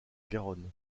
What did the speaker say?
garonne